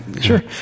sure